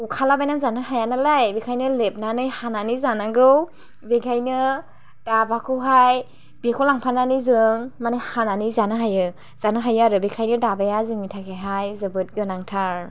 अरखाला बायनानै जानो हाया नालाय बेखायनो लेबनानै हानानै जानांगौ बेखायनो दाबाखौहाय बेखौ लांफानानै जों मानि हानानै जानो हायो जानो हायो आरो बेखायनो दाबाया जोंनि थाखायहाय जोबोद गोनांथार